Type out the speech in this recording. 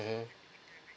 mmhmm